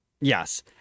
Yes